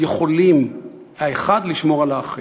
יכולים לשמור האחד על האחר,